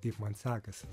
kaip man sekasi